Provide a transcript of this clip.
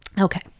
Okay